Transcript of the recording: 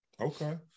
okay